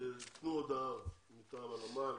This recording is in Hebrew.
תיתנו הודעה מטעם הנמל,